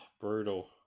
brutal